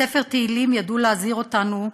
בספר תהילים ידעו להזהיר אותנו: